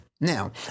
Now